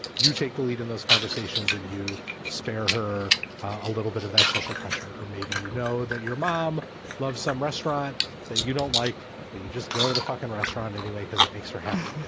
you take the lead in those conversations and you spare her a little bit of that social pressure. or maybe you know that your mom loves some restaurant that you don't like, but you just go to the fucking restaurant anyway because it makes her happy.